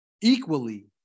equally